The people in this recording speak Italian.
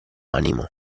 animo